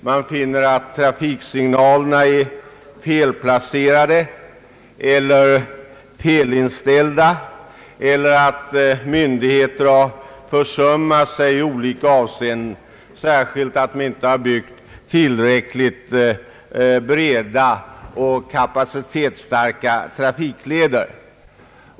Man finner att trafiksignaler är felplacerade och felinställda, att myndigheter har försummat sig i olika avseenden, särskilt att de inte har byggt tillräckligt breda och kapacitetsstarka trafikleder.